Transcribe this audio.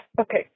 Okay